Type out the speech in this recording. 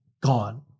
gone